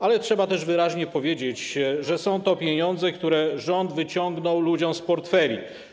Ale trzeba też wyraźnie powiedzieć, że są to pieniądze, które rząd wyciągnął ludziom z portfeli.